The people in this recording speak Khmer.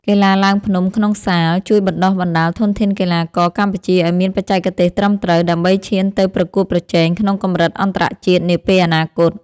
កីឡាឡើងភ្នំក្នុងសាល ជួយបណ្ដុះបណ្ដាលធនធានកីឡាករកម្ពុជាឱ្យមានបច្ចេកទេសត្រឹមត្រូវ ដើម្បីឈានទៅប្រកួតប្រជែងក្នុងកម្រិតអន្តរជាតិនាពេលអនាគត។